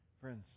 Friends